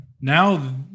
now